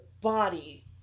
body